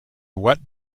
what